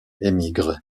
émigrent